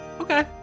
Okay